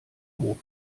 hof